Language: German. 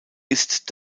ist